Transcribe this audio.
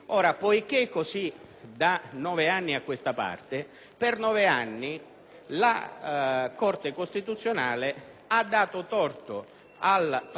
da nove anni a questa parte, per nove anni la Corte costituzionale ha dato torto al Parlamento